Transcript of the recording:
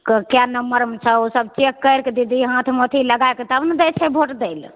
क कए नम्बरमे छौ ओ सभ चेक करिकऽ दीदी हाथमे अथी लगाय कए तब ने दै छै वोट दै लए